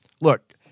Look